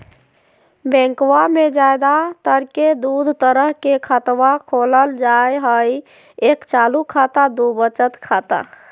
बैंकवा मे ज्यादा तर के दूध तरह के खातवा खोलल जाय हई एक चालू खाता दू वचत खाता